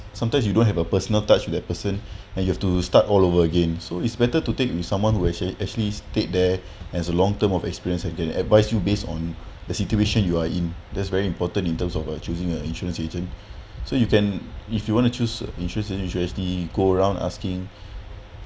sometimes you don't have a personal touch with that person and you have to start all over again so it's better to take with someone who actually actually stayed there as a long term of experience agent advice you based on the situation you are in that's very important in terms of uh choosing a insurance agent so you can if you want to choose insurance then you should actually go around asking